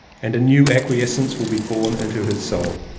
and a new acquiescence will be born into his soul,